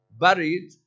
buried